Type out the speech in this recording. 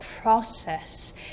process